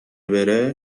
بره